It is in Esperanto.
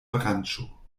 branĉo